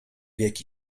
jaki